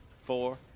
four